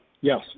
Yes